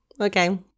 Okay